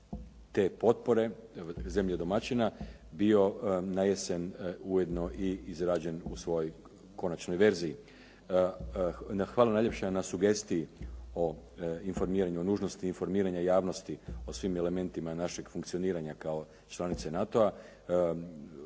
te potpore zemlje domaćina bio na jesen ujedno i izrađen u svojoj konačnoj verziji. Hvala najljepša na sugestiji o informiranju, o nužnosti informiranja javnosti o svim elementima našeg funkcioniranja kao članice NATO-a.